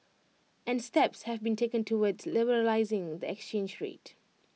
and steps have been taken towards liberalising the exchange rate